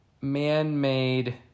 Man-made